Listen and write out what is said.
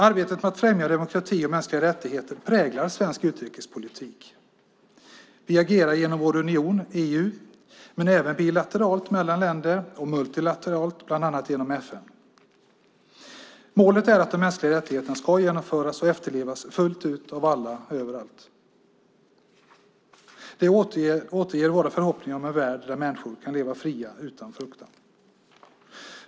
Arbetet med att främja demokrati och mänskliga rättigheter präglar svensk utrikespolitik. Vi agerar genom vår union, EU, men även bilateralt mellan länder och multilateralt, bland annat genom FN. Målet är att de mänskliga rättigheterna ska genomföras och efterlevas fullt ut av alla och överallt. Det återger våra förhoppningar om en värld där människor kan leva fria utan fruktan.